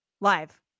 live